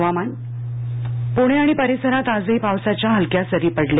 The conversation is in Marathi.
हवामान प्णे आणि परिसरात आजही पावसाच्या हलक्या सरी पडल्या